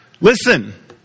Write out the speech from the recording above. Listen